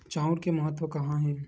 चांउर के महत्व कहां हे?